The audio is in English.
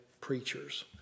preachers